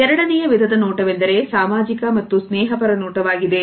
ಎರಡನೆಯ ವಿಧದ ನೋಟವೆಂದರೆ ಸಾಮಾಜಿಕ ಮತ್ತು ಸ್ನೇಹಪರ ನೋಟವಾಗಿದೆ